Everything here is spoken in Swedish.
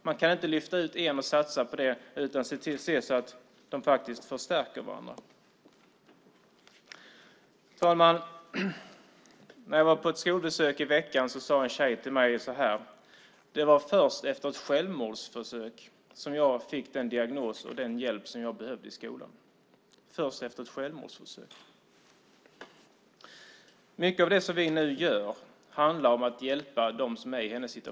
Man kan inte lyfta ut en sak och satsa på det utan se till att de förstärker varandra. Herr talman! När jag var på ett skolbesök i veckan sade en tjej till mig: Det var först efter ett självmordsförsök som jag fick den diagnos och den hjälp som jag behövde i skolan. Mycket av det vi nu gör handlar om att hjälpa dem som är i hennes situation.